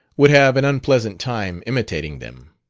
would have an unpleasant time imitating them.